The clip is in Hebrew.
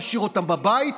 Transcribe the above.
להשאיר אותם בבית,